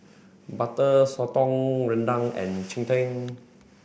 Butter Sotong Rendang and Cheng Tng